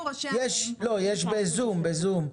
בזום.